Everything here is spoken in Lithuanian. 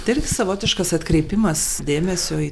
tai savotiškas atkreipimas dėmesio į